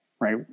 Right